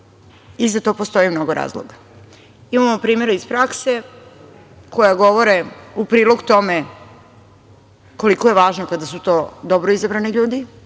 i za to postoji mnogo razloga. Imamo primere iz prakse koja govore u prilog tome koliko je važno kada su to dobro izabrani ljudi